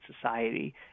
society